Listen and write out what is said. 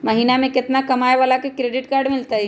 महीना में केतना कमाय वाला के क्रेडिट कार्ड मिलतै?